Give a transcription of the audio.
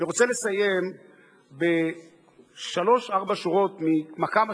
אני רוצה לסיים בשלוש-ארבע שורות ממקאמה